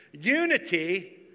Unity